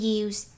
use